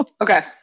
Okay